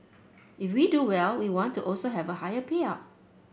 if we do well we want to also have a higher payout